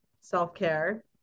self-care